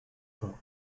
talk